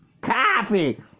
Coffee